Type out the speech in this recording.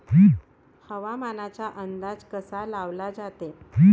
हवामानाचा अंदाज कसा लावला जाते?